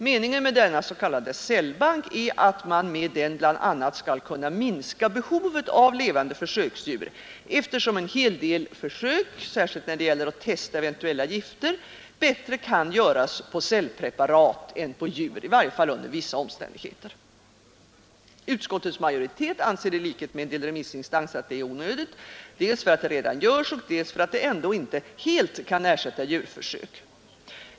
Meningen med denna s.k. cellbank är att man bl.a. skall kunna minska behovet av levande försöksdjur eftersom en hel del försök, särskilt när det gäller att testa eventuella gifter, bättre kan göras på cellpreparat än på djur, i varje fall under vissa omständigheter. Utskottets majoritet anser i likhet med en del remissinstanser att detta är onödigt dels därför att det redan görs, dels därför att det ändå inte kan helt ersätta djurförsök.